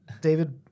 David